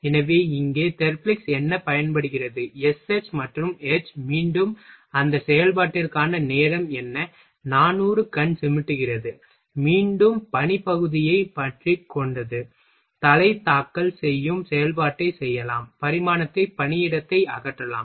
எனவே இங்கே தெர்ப்லிக்ஸ் என்ன பயன்படுத்தப்படுகிறது SH மற்றும் H மீண்டும் அந்த செயல்பாட்டிற்கான நேரம் என்ன 400 கண் சிமிட்டுகிறது மீண்டும் பணிப் பகுதியைப் பற்றிக் கொண்டது தலை தாக்கல் செய்யும் செயல்பாட்டைச் செய்யலாம் பரிமாணத்தை பணியிடத்தை அகற்றலாம்